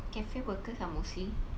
cafe workers are mostly